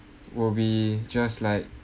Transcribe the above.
will be just like